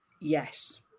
Yes